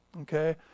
okay